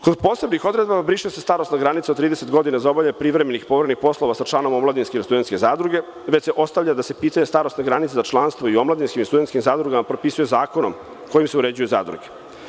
Kod posebnih odredbi se briše starosna granica od 30 godina za obavljanje privremenih, povremenih poslova sa članom omladinske ili studentske zadruge već se ostavlja da se pitanje starosne granice za članstvo u omladinskim i studentskim zadrugama propisuje zakonom kojim se uređuju zadruge.